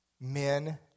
men